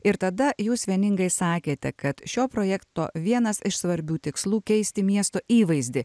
ir tada jūs vieningai sakėte kad šio projekto vienas iš svarbių tikslų keisti miesto įvaizdį